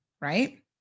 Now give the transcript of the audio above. Right